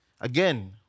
Again